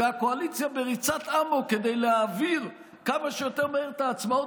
והקואליציה בריצת אמוק כדי להעביר כמה שיותר מהר את ההצבעות